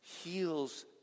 heals